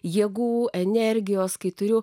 jėgų energijos kai turiu